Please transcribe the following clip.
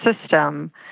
system